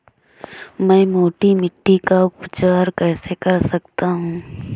मैं मोटी मिट्टी का उपचार कैसे कर सकता हूँ?